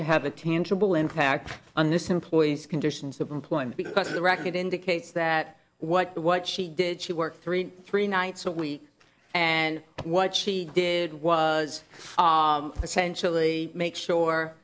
to have a tangible impact on this employee's conditions of employment because the record indicates that what what she did she worked three three nights a week and what she did was essentially make sure